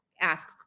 ask